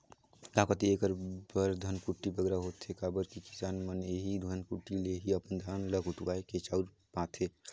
गाँव कती एकर बर धनकुट्टी बगरा होथे काबर कि किसान मन एही धनकुट्टी ले ही अपन धान ल कुटवाए के चाँउर पाथें